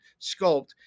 sculpt